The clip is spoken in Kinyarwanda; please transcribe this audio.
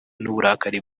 n’uburakari